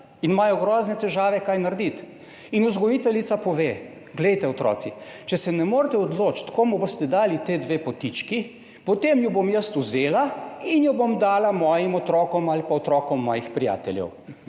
in imajo grozne težave, kaj narediti in vzgojiteljica pove: "Glejte, otroci, če se ne morete odločiti komu boste dali ti dve potički, potem ju bom jaz vzela in ju bom dala mojim otrokom ali pa otrokom mojih prijateljev."